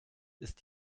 ist